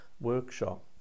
workshop